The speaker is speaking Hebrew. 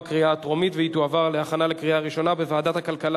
התשע"ב 2012, לדיון מוקדם בוועדת הכלכלה